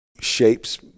shapes